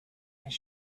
his